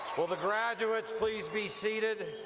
will the graduates please be seated.